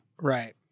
right